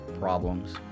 problems